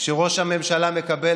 כשראש הממשלה מקבל